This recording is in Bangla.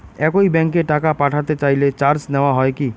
একই ব্যাংকে টাকা পাঠাতে চাইলে চার্জ নেওয়া হয় কি?